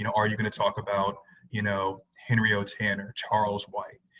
you know are you going to talk about you know henry o. tanner, charles white?